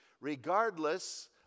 regardless